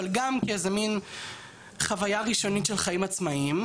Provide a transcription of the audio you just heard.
אבל גם כאיזה מן חוויה ראשונית של חיים עצמאיים,